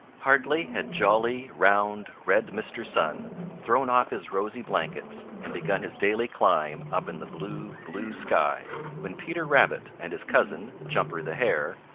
hardly had jolly, round, red mr. sun thrown off his rosy blankets and begun his daily climb up in the blue, blue sky when peter rabbit and his cousin, jumper the hare,